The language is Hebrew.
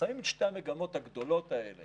כששמים את שתי המגמות הגדולות האלה